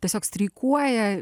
tiesiog streikuoja